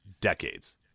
decades